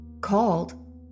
called